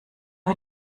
wir